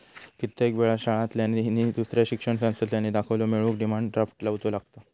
कित्येक वेळा शाळांतल्यानी नि दुसऱ्या शिक्षण संस्थांतल्यानी दाखलो मिळवूक डिमांड ड्राफ्ट लावुचो लागता